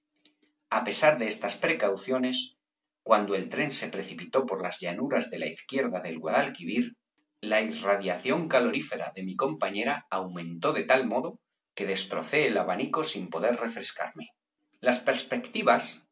a pesar de estas precauciones cuando el tren se precipitó por las llanuras de la izquierda del guadalquivir la irradiación calorífera de mi b pérez galdós compañera aumentó de tal modo que destrocé el abanico sin poder refrescarme las perspectivas